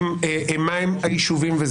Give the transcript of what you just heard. מה הם היישובים.